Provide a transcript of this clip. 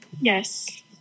Yes